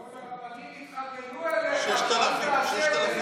עוד הרבנים יתחננו אליך: אל תעשה את זה.